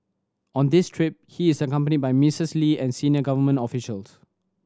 on this trip he is accompanied by Missis Lee and senior government officials